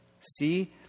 See